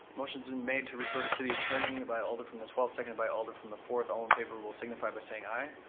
motion's been made to refer to city attorney by alder from the twelfth, second by alder from the fourth, all in favor will signify by saying aye.